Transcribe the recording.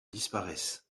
disparaisse